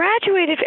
graduated